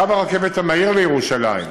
קו הרכבת המהיר לירושלים,